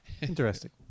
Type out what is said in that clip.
Interesting